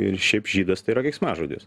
ir šiaip žydas tai yra keiksmažodis